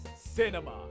cinema